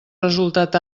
resultat